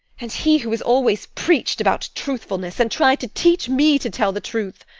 and he who has always preached about truthfulness, and tried to teach me to tell the truth